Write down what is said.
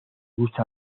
gusta